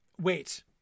wait